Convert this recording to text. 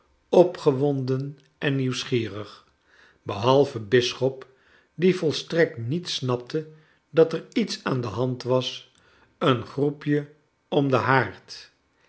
opgewonden en nieuwsgierig behalve bisschop die volstrekt niet snapte dat er iets aan de hand was een groepje om den haard